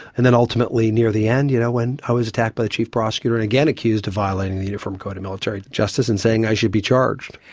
and then ultimately near the end, you know, when i was attacked by the chief prosecutor and again accused of violating the uniform code of military justice and saying i should be charged.